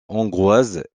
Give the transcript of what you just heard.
hongroise